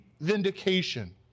vindication